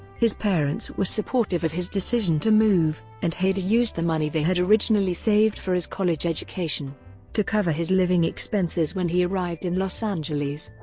his parents were supportive of his decision to move, and hader used the money they had originally saved for his college education to cover his living expenses when he arrived in los angeles.